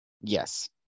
Yes